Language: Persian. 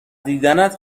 دیدنت